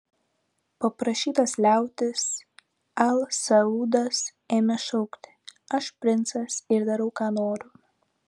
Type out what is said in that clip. paprašytas liautis al saudas ėmė šaukti aš princas ir darau ką noriu